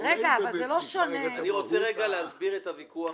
רוצה להסביר את הוויכוח